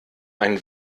einen